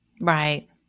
Right